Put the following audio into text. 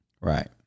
Right